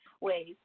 ways